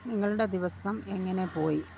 നിങ്ങളുടെ ദിവസം എങ്ങനെ പോയി